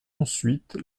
ensuite